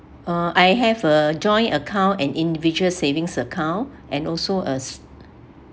uh I have a joint account and individual savings account and also a